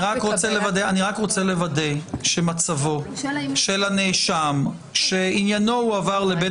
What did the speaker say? אני רק רוצה לוודא שמצבו של הנאשם שעניינו הועבר לבית